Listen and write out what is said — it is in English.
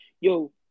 yo